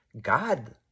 God